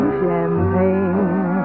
champagne